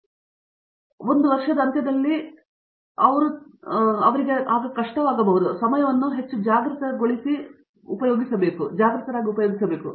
1 ವರ್ಷ ಅಂತ್ಯದಲ್ಲಿ ನೀವು ತೀಕ್ಷ್ಣವಾಗಿ ಶಾರ್ಪನ್ ಮಾಡಲು ಮತ್ತು ಹೇಳಲು ಕಷ್ಟವಾಗಬಹುದು ನಿಮ್ಮ ಸಮಯವನ್ನು ಹೆಚ್ಚು ಜಾಗೃತಗೊಳಿಸಿದರೆ ಅದು ಏನಾಗುತ್ತದೆ